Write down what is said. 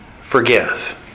forgive